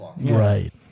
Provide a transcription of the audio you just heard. right